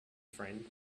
friend